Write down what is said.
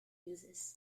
uses